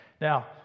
Now